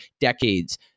decades